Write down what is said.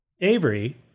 Avery